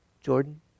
Jordan